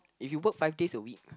if you work five days a week